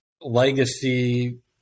legacy